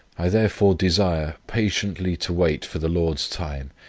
i therefore desire patiently to wait for the lord's time,